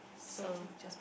so